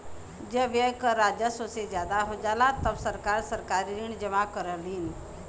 जब व्यय कर राजस्व से ज्यादा हो जाला तब सरकार सरकारी ऋण जमा करलीन